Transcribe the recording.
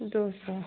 दो सौ